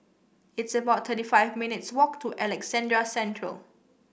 it's about thirty five minutes' walk to Alexandra Central